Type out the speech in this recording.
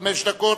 חמש דקות,